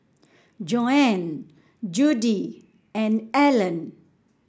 Joann Judi and Alan